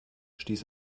stieß